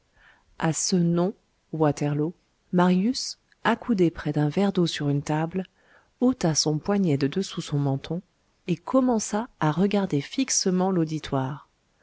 à ce nom waterloo marius accoudé près d'un verre d'eau sur une table ôta son poignet de dessous son menton et commença à regarder fixement l'auditoire